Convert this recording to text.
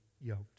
yoked